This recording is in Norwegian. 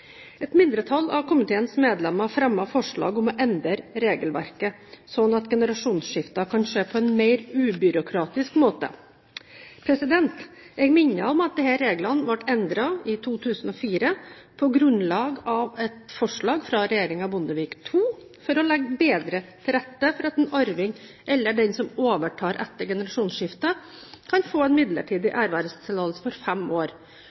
Et mindretall av komiteens medlemmer fremmer forslag om å endre regelverket, slik at generasjonsskifter kan skje på en mer ubyråkratisk måte. Jeg minner om at disse reglene ble endret i 2004, på grunnlag av et forslag fra regjeringen Bondevik II, for å legge bedre til rette for at en arving eller den som overtar etter et generasjonsskifte, kan få en midlertidig ervervstillatelse for fem år